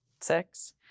six